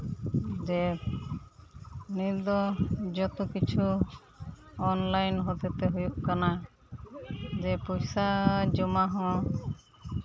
ᱡᱮ ᱱᱤᱛ ᱫᱚ ᱡᱚᱛᱚ ᱠᱤᱪᱷᱩ ᱚᱱᱞᱟᱭᱤᱱ ᱦᱚᱛᱮ ᱛᱮ ᱦᱩᱭᱩᱜ ᱠᱟᱱᱟ ᱡᱮ ᱯᱚᱭᱥᱟ ᱡᱚᱢᱟ ᱦᱚᱸ